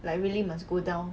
like really must go down